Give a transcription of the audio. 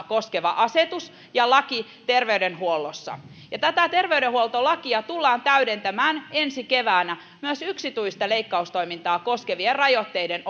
koskeva asetus ja laki terveydenhuollossa tätä terveydenhuoltolakia tullaan täydentämään ensi keväänä myös yksityistä leikkaustoimintaa koskevien rajoitteiden